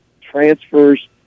transfers